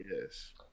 Yes